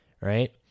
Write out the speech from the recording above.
right